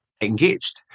engaged